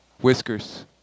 Whiskers